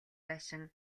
байшин